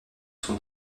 sont